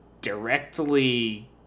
directly